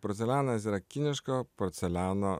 porcelianas yra kiniško porceliano